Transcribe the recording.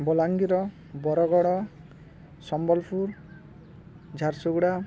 Balangir Bargarh Sambalpur Jharsuguda